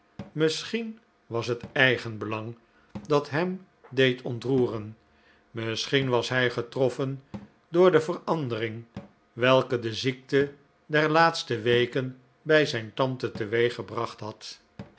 misschien was het eigenbelang dat hem deed ontroeren misschien was hij getroffen door de verandering welke de ziekte der laatste weken bij zijn tante teweeggebracht had